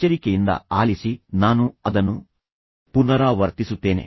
ಎಚ್ಚರಿಕೆಯಿಂದ ಆಲಿಸಿ ನಾನು ಅದನ್ನು ಪುನರಾವರ್ತಿಸುತ್ತೇನೆ